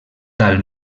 tal